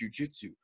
jujitsu